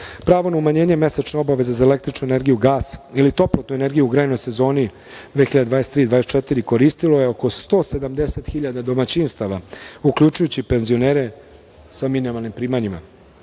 Pravo na umanjenje mesečne obaveze za električnu energiju, gas ili toplotnu energiju u grejnoj sezoni 2023/24. koristilo je oko 170.000 domaćinstava, uključujući i penzionere sa minimalnim primanjima.Za